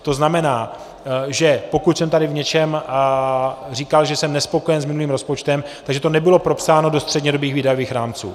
To znamená, že pokud jsem tady v něčem říkal, že jsem nespokojen s minulým rozpočtem, tak že to nebylo propsáno do střednědobých výdajových rámců.